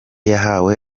yahawe